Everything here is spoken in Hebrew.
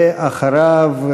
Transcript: ואחריו,